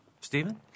Stephen